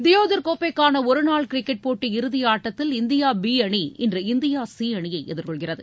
தியோதர் கோப்பைக்கான ஒரு நாள் கிரிக்கெட் போட்டி இறுதியாட்டத்தில் இந்தியா பி அணி இன்று இந்தியா சி அணியை எதிர்கொள்கிறது